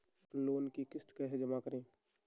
Loan की किश्त कैसे जमा करें?